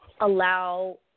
allow